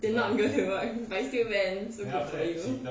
do not go to work but you still went so good for you